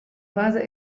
base